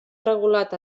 regulat